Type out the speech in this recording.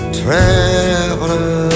traveler